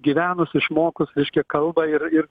gyvenus išmokus reiškia kalbą ir ir